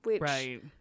Right